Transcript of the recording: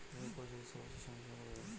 ঋণ পরিশোধের সর্বোচ্চ সময় সীমা কত দিন?